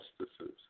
justices